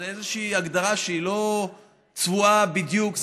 זו איזושהי הגדרה שהיא לא צבועה בדיוק,